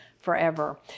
forever